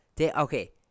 Okay